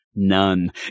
none